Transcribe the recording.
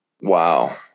wow